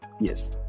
yes